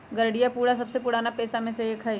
गरेड़िया पूरा दुनिया के सबसे पुराना पेशा में से एक हई